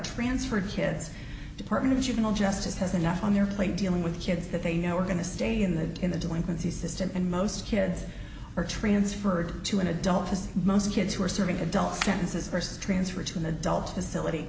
transferred kids department of juvenile justice has enough on their plate dealing with kids that they know are going to stay in the in the delinquency system and most kids are transferred to an adult as most kids who are serving adult sentences first transfer to an adult